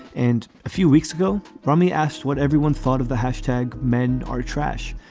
and a few weeks ago, rami asked what everyone thought of the hashtag men are trash.